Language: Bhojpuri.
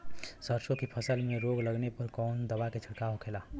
सरसों की फसल में रोग लगने पर कौन दवा के छिड़काव होखेला?